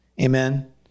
Amen